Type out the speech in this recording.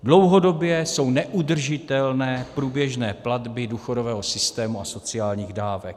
Dlouhodobě jsou neudržitelné průběžné platby důchodového systému a sociálních dávek.